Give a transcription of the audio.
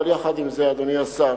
אבל עם זה, אדוני השר,